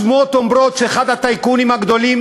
השמועות אומרות שאחד הטייקונים הגדולים